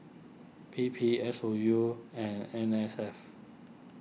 P P S O U and N S F